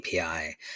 API